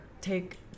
take